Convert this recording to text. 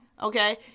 Okay